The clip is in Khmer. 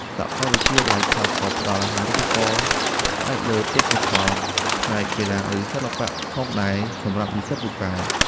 សាកលវិទ្យាល័យខ្លះក៏ផ្តល់អាហារូបករណ៍ផ្អែកលើទេពកោសល្យផ្នែកកីឡាឬសិល្បៈផងដែរសម្រាប់និស្សិតពូកែ។